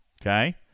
Okay